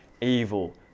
Evil